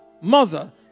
mother